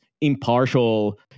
impartial